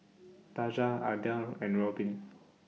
Daja Adel and Robin